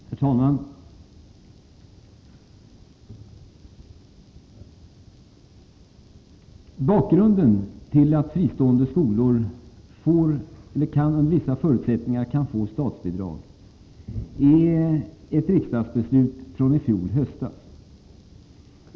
Herr talman! Bakgrunden till att fristående skolor under vissa förutsättningar kan få statsbidrag är ett riksdagsbeslut från i fjol höst.